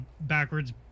backwards